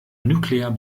nuclear